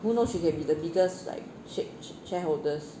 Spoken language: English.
who knows you can be the biggest like shak~ shareholders